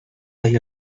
halla